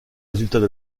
résultats